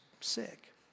sick